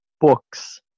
books